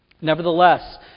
Nevertheless